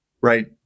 Right